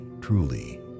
truly